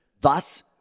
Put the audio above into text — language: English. Thus